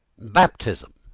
baptism,